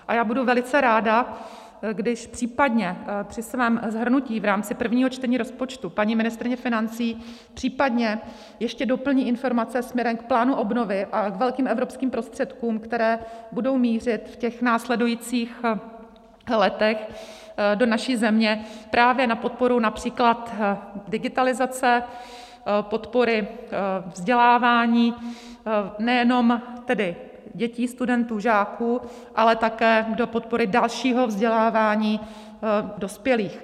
A já budu velice ráda, když případně při svém shrnutí v rámci prvního čtení rozpočtu paní ministryně financí případně ještě doplní informace směrem k plánu obnovy a k velkým evropským prostředkům, které budou mířit v těch následujících letech do naší země právě na podporu například digitalizace, podporu vzdělávání nejenom tedy dětí, studentů, žáků, ale také do podpory dalšího vzdělávání dospělých.